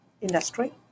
industry